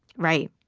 right.